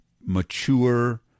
mature